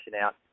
out